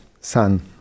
son